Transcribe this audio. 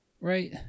right